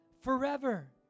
forever